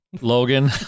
Logan